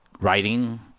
writing